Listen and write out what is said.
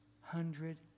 hundred